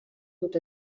dut